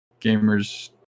Gamers